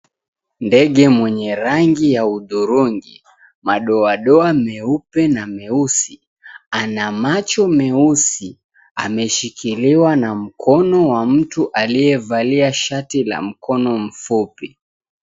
Ndege mwenye rangi ya hudhurungi, madoadoa meupe na meusi, ana macho meusi ameshikiliwa na mkono wa mtu aliyevalia shati la mkono mfupi.